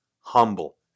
humble